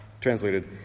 translated